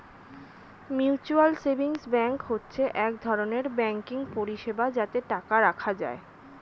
mutual savings bank হচ্ছে এক ধরনের ব্যাঙ্কিং পরিষেবা যাতে টাকা রাখা যায়